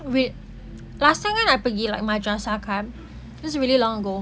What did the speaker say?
wait last time kan I pergi madrasah that's really long ago